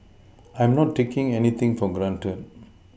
I'm not taking anything for granted